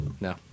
No